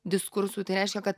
diskursui tai reiškia kad